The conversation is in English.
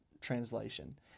translation